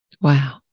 Wow